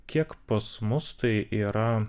kiek pas mus tai yra